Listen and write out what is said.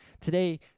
Today